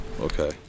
Okay